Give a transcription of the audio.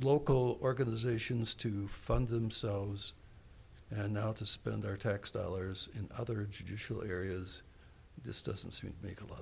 local organizations to fund themselves and now to spend our tax dollars in other judicial areas this doesn't seem to make a lot